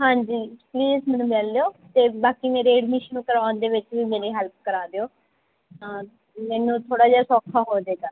ਹਾਂਜੀ ਪਲੀਜ਼ ਮੈਨੂੰ ਮਿਲ ਲਿਓ ਅਤੇ ਬਾਕੀ ਮੇਰੇ ਐਡਮਿਸ਼ਨ ਕਰਵਾਉਣ ਦੇ ਵਿੱਚ ਵੀ ਮੇਰੇ ਹੈਲਪ ਕਰਾ ਦਿਓ ਤਾਂ ਮੈਨੂੰ ਥੋੜ੍ਹਾ ਜਿਹਾ ਸੌਖਾ ਹੋ ਜੇਗਾ